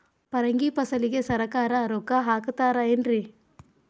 ಪರಂಗಿ ಫಸಲಿಗೆ ಸರಕಾರ ರೊಕ್ಕ ಹಾಕತಾರ ಏನ್ರಿ?